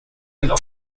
and